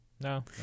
no